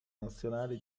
nazionale